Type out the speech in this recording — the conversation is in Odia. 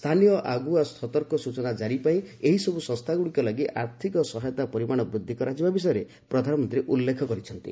ସ୍ଥାନୀୟ ଆଗୁଆ ସତର୍କ ସୂଚନା କାରି ପାଇଁ ଏହିସବୁ ସଂସ୍ଥାଗୁଡ଼ିକ ଲାଗି ଆର୍ଥିକ ସହାୟତା ପରିମାଣ ବୃଦ୍ଧି କରାଯିବା ବିଷୟରେ ପ୍ରଧାନମନ୍ତ୍ରୀ ଉଲ୍ଲେଖ କରିଛନ୍ତି